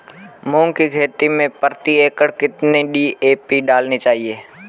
मूंग की खेती में प्रति एकड़ कितनी डी.ए.पी डालनी चाहिए?